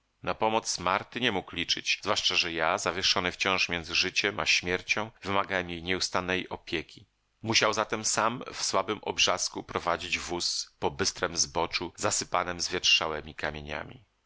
na pomoc marty nie mógł liczyć zwłaszcza że ja zawieszony wciąż między życiem a śmiercią wymagałem jej nieustannej opieki musiał zatem sam w słabym obrzasku prowadzić wóz po bystrem zboczu zasypanem zwietrzałemi kamieniami